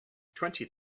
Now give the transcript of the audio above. twenty